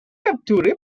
capturée